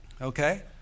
Okay